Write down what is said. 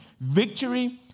Victory